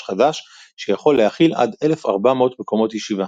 חדש שיכול להכיל עד 1,400 מקומות ישיבה.